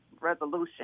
resolution